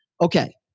Okay